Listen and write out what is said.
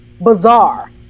bizarre